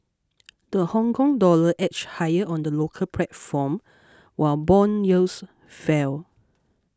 the Hongkong dollar edged higher on the local platform while bond yields fell